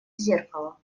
зеркало